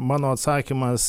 mano atsakymas